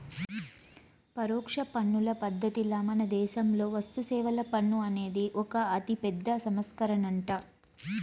పరోక్ష పన్నుల పద్ధతిల మనదేశంలో వస్తుసేవల పన్ను అనేది ఒక అతిపెద్ద సంస్కరనంట